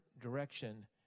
direction